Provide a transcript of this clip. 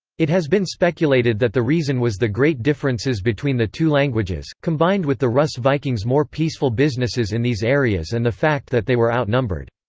it has been speculated that the reason was the great differences between the two languages, combined with the rus' vikings more peaceful businesses in these areas and the fact that they were outnumbered.